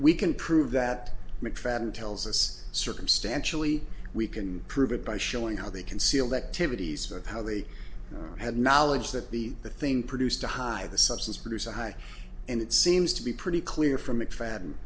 we can prove that mcfadden tells us circumstantially we can prove it by showing how they can see elective eighty s of how they had knowledge that the the thing produced a high the substance produce a high and it seems to be pretty clear from mcfadden